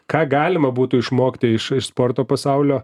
ką galima būtų išmokti iš iš sporto pasaulio